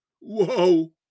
Whoa